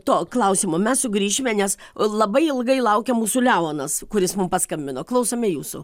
to klausimo mes sugrįšime nes labai ilgai laukė mūsų leonas kuris mum paskambino klausome jūsų